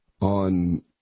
on